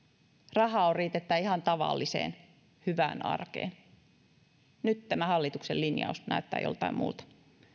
rahaa on riitettävä ihan tavalliseen hyvään arkeen nyt tämä hallituksen linjaus näyttää joltain muulta